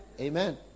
Amen